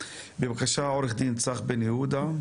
בבקשה, עו"ד צח בן יהודה.